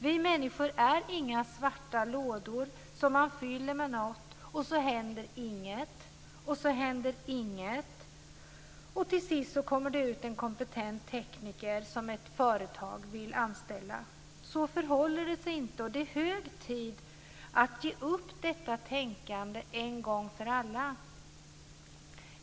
Vi människor är inga svarta lådor som man fyller med något och så händer inget, och så händer inget men till sist kommer det ut en kompetent tekniker som ett företag vill anställa. Så förhåller det sig inte. Det är hög tid att ge upp detta tänkande en gång för alla.